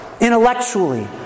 intellectually